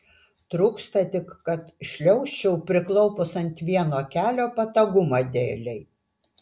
trūksta tik kad šliaužčiau priklaupus ant vieno kelio patogumo dėlei